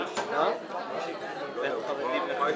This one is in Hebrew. תודה רבה.